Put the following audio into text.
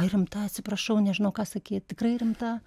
rimta atsiprašau nežinau ką sakyt tikrai rimta